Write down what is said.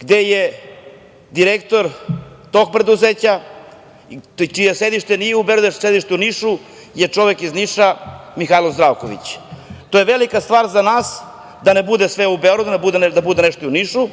gde je direktor tog preduzeća, čije sedište nije u Beogradu, već je sedište u Nišu, je čovek iz Niša, Mihajlo Zdravković. To je velika stvar za nas, da ne bude sve u Beogradu, da bude nešto i u Nišu.